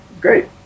great